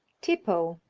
tippo.